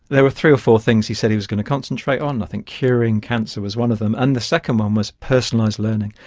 there were three or four things he said he was going to concentrate on and i think curing cancer was one of them, and the second one was personalised learning.